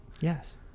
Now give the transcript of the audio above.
Yes